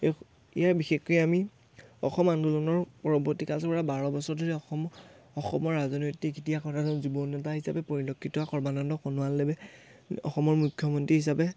এই এয়াই বিশেষকৈ আমি অসম আন্দোলনৰ পৰৱৰ্তী কালচোৱাত বাৰ বছৰ ধৰি অসমৰ অসমৰ ৰাজনৈতিক ইতিহাসত যুৱনেতা হিচাপে পৰিলক্ষিত সৰ্বানন্দ সোণোৱালদেৱে অসমৰ মুখ্যমন্ত্ৰী হিচাপে